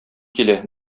килә